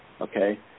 Okay